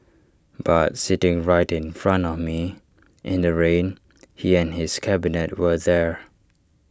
but sitting right in front of me in the rain he and his cabinet were there